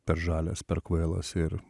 per žalias per kvailas ir